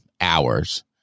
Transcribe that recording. hours